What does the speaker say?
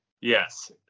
Yes